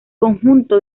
conjunto